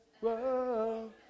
Whoa